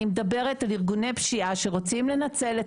אני מדברת על ארגוני פשיעה שרוצים לנצל את